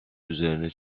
üzerine